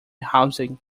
housing